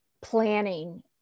planning